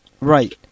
Right